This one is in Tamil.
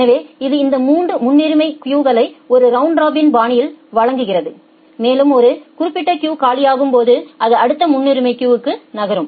எனவே இது இந்த 3 முன்னுரிமை கியூகளை ஒரு ரவுண்ட் ராபின் பாணியில் வழங்குகிறது மேலும் ஒரு குறிப்பிட்ட கியூ காலியாகும்போது அது அடுத்த முன்னுரிமை கியூக்கு நகரும்